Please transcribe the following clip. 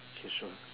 K sure